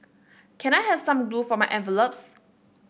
can I have some glue for my envelopes